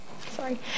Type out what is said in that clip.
Sorry